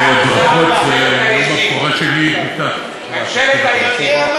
ממשלת העזים, תודה רבה, גברתי, אתה יודע מה?